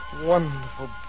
wonderful